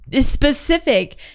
specific